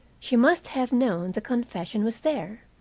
she must have known the confession was there.